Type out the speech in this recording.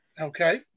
Okay